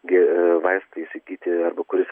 gi vaistą įsigyti arba kuris